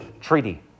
treaty